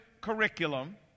curriculum